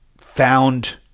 found